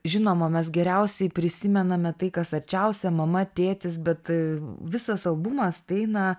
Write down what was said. žinoma mes geriausiai prisimename tai kas arčiausia mama tėtis bet visas albumas tai na